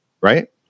right